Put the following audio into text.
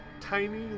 tiny